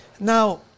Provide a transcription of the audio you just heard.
Now